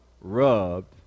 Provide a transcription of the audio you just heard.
Rubbed